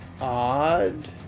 odd